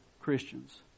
Christians